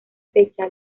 fecha